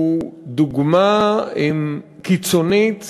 הוא דוגמה קיצונית